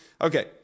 Okay